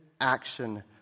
action